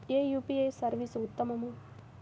ఏ UPI service ఉత్తమము?